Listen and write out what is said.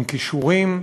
עם כישורים.